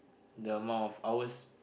the amount of hours